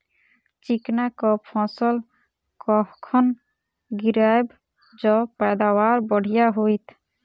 चिकना कऽ फसल कखन गिरैब जँ पैदावार बढ़िया होइत?